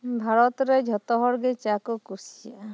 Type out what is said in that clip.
ᱵᱷᱟᱨᱚᱛ ᱨᱮ ᱡᱷᱚᱛᱚ ᱦᱚᱲ ᱜᱮ ᱪᱟ ᱠᱚ ᱠᱩᱥᱤᱭᱟᱜ ᱟ